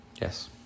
Yes